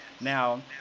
Now